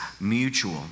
mutual